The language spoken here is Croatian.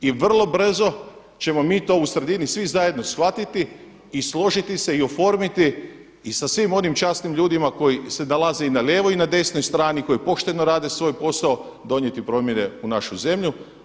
I vrlo brzo ćemo mi to u sredini svi zajedno shvatiti i složiti se i oformiti i sa svim onim časnim ljudima koji se nalaze i na lijevoj i na desnoj strani koji pošteno rade svoj posao donijeti promjene u našu zemlju.